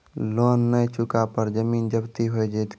Loan न चुका पर जमीन जब्ती हो जैत की?